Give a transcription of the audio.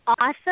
awesome